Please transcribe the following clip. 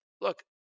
look